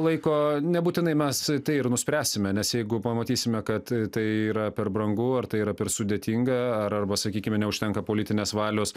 laiko nebūtinai mes tai ir nuspręsime nes jeigu pamatysime kad tai yra per brangu ar tai yra per sudėtinga ar arba sakykime neužtenka politinės valios